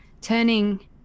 turning